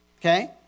Okay